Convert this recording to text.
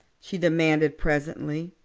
she demanded presently,